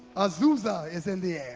azusa is in the